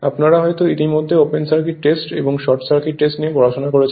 আপনারা হয়তো ইতিমধ্যে ওপেন সার্কিট টেস্ট এবং শর্ট সার্কিট টেস্ট নিয়ে পড়াশোনা করেছেন